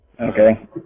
Okay